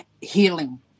healing